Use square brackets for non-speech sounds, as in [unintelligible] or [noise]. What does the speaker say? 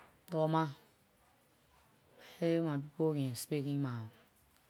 Lorma, dah aay my people can speak in my. [unintelligible]